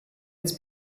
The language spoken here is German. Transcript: uns